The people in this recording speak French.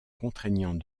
contraignant